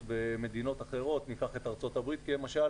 במדינות אחרות ניקח את ארצות הברית כמשל